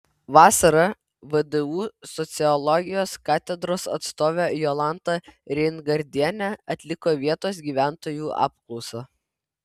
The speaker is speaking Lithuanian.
vasarą vdu sociologijos katedros atstovė jolanta reingardienė atliko vietos gyventojų apklausą